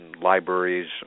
libraries